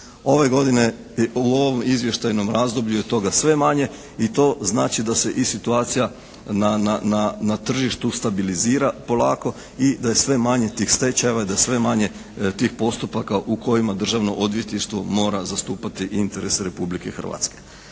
Ove godine u ovom izvještajnom razdoblju je toga sve manje i to znači da se i situacija na tržištu stabilizira polako i da je sve manje tih stečajeva, da je sve manje tih postupaka u kojima Državno odvjetništvo mora zastupati interese Republike Hrvatske.